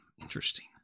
Interesting